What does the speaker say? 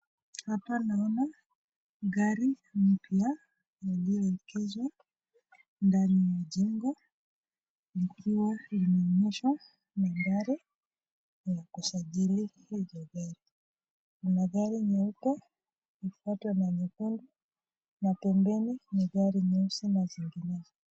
Hapa naona gari mpya iliyoegezwa ndani ya jengo. Ikiwa inaonyesha magari ya kusajili hizo gari. Kuna gari nyeupe kufuatwa na nyekundu na pembeni ni gari nyeusi na jekundu.